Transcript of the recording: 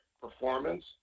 performance